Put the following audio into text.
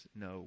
no